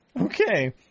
Okay